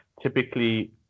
Typically